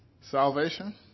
Salvation